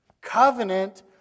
Covenant